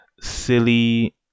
silly